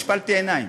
השפלתי עיניים.